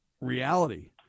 reality